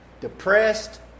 depressed